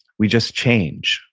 we just change.